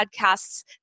podcasts